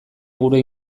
gure